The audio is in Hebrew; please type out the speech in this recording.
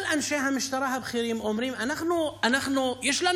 כל אנשי המשטרה הבכירים אומרים: יש לנו